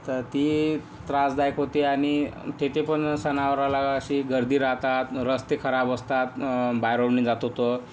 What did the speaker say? तर ते त्रासदायक होते आणि तिथे पण सणावाराला अशी गर्दी राहतात रस्ते खराब असतात बाय रोडने जातो तर